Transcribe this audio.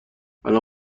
الان